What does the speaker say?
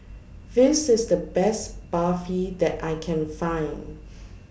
This IS The Best Barfi that I Can Find